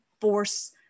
Force